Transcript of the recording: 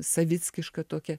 savickiška tokia